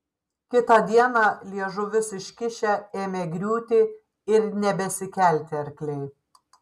kitą dieną liežuvius iškišę ėmė griūti ir nebesikelti arkliai